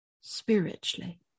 Spiritually